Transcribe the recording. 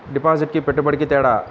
డిపాజిట్కి పెట్టుబడికి తేడా?